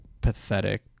pathetic